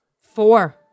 Four